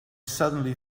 suddenly